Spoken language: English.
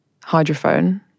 hydrophone